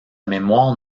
mémoire